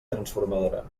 transformadora